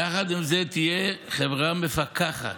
יחד עם זה תהיה חברה מפקחת,